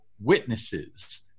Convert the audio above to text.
witnesses